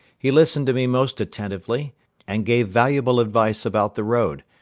he listened to me most attentively and gave valuable advice about the road,